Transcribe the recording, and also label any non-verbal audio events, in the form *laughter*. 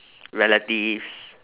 *noise* relatives